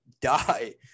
die